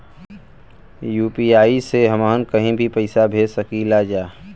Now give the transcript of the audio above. UPI से हमहन के कहीं भी पैसा भेज सकीला जा?